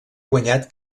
guanyat